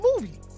movie